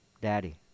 Daddy